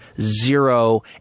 zero